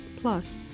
Plus